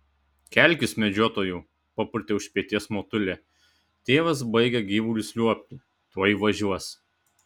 kelkis medžiotojau papurtė už peties motulė tėvas baigia gyvulius liuobti tuoj važiuos